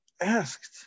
asked